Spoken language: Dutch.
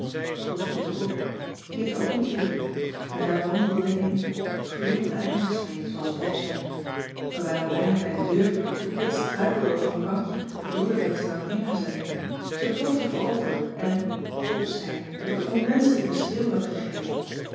toen stond ik op kit ook natuurlijk en daar wandelden we heen gloeiend aangesmeed zooals pop zei we waren bijna bij de deur toen kit struikelde over een bankje dat lodewijks daar had neergezet ze plofte voorover en pop zei dat ik een onmenschelijken schreeuw heb gegeven